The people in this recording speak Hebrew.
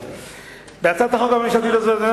בהצעת החוק הממשלתית הזאת,